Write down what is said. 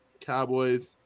Cowboys